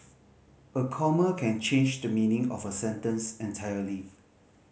a comma can change the meaning of a sentence entirely